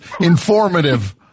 informative